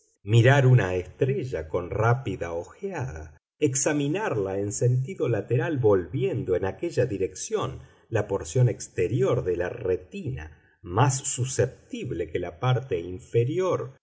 mirar una estrella con rápida ojeada examinarla en sentido lateral volviendo en aquella dirección la porción exterior de la retina más susceptible que la parte interior